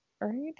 right